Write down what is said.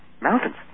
mountains